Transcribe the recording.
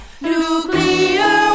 Nuclear